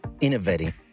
innovating